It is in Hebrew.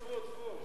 טפו-טפו-טפו.